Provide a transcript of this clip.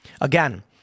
Again